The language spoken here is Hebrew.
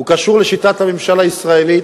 הוא קשור לשיטת הממשל הישראלי,